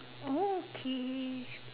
okay